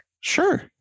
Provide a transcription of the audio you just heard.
Sure